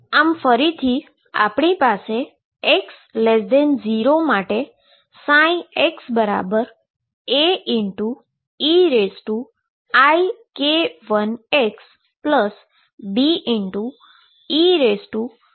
આમ ફરીથી આપણી પાસે x0 માટે xAeik1xBe ik1x છે